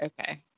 Okay